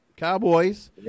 cowboys